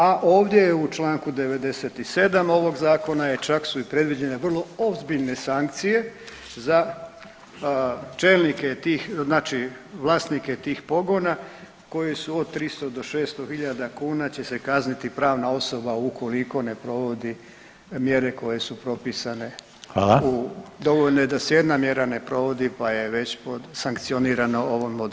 A ovdje je u čl. 97. ovog zakona je čak su i predviđene vrlo ozbiljne sankcije za čelnike tih znači vlasnike tih pogona koji su od 300 do 600.000 kuna će se kazniti pravna osoba ukoliko ne provodi mjere koje su propisane [[Upadica Reiner: Hvala.]] u dovoljno je da se jedna mjera ne provodi pa je već pod sankcionirana ovom odredbom.